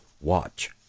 watch